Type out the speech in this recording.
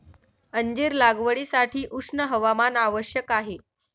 अंजीर लागवडीसाठी उष्ण हवामान आवश्यक आहे